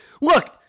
look